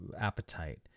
appetite